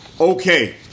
okay